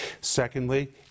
Secondly